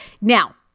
Now